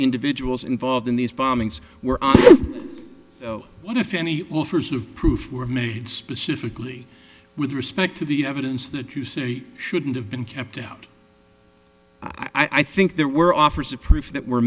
individuals involved in these bombings were what if any proof were made specifically with respect to the evidence that you say shouldn't have been kept out i think there were offers of proof that were